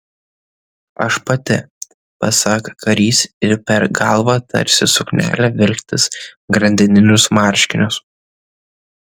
aš pati pasak karys ir per galvą tarsi suknelę vilktis grandininius marškinius